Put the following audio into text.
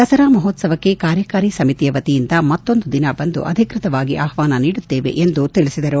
ದಸರಾ ಮಹೋತ್ವವಕ್ಕೆ ಕಾರ್ಯಕಾರಿ ಸಮಿತಿಯ ವತಿಯಿಂದ ಮತ್ತೊಂದು ದಿನ ಬಂದು ಅಧಿಕ್ಷತವಾಗಿ ಆಹ್ವಾನ ನೀಡುತ್ತೇವೆ ಎಂದು ತಿಳಿಸಿದರು